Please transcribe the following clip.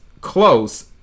close